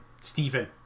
Stephen